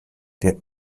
der